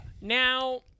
Now